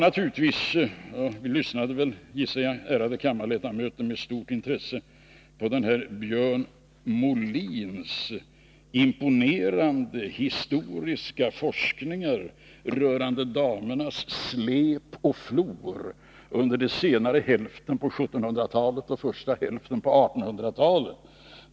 Ni lyssnade väl, gissar jag, ärade kammarledamöter, med stort intresse på herr Björn Molins imponerande historiska forskningar rörande damernas släp och flor under senare hälften av 1700-talet och första hälften av 1800-talet.